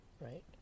right